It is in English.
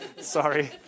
Sorry